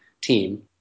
team